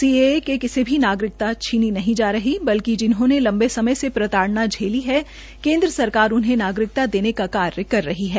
CAA से किसी की नागरिकता छीनी नहीं जा रही बल्कि जिन्होंने लंबे समय से प्रताइना झेली है केंद्र सरकार उन्हें नागरिकता देने का कार्य कर रही है